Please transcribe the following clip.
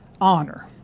honor